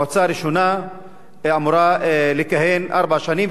המועצה הראשונה אמורה לכהן ארבע שנים,